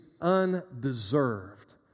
undeserved